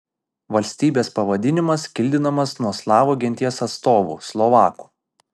valstybės pavadinimas kildinamas nuo slavų genties atstovų slovakų